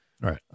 Right